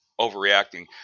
overreacting